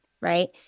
right